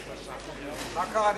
נסים, מה קרה?